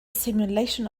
simulation